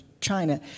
China